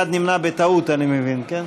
אחד נמנע בטעות, אני מבין, כן?